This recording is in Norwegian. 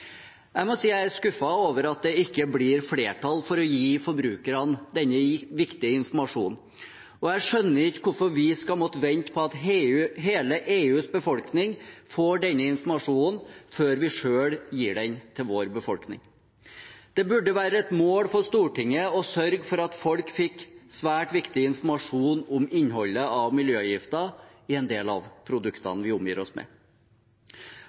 Jeg må si jeg er skuffet over at det ikke blir flertall for å gi forbrukerne denne viktige informasjonen, og jeg skjønner ikke hvorfor vi skal måtte vente på at hele EUs befolkning får denne informasjonen før vi selv gir den til vår befolkning. Det burde være et mål for Stortinget å sørge for at folk fikk svært viktig informasjon om innholdet av miljøgifter i en del av produktene vi omgir oss med.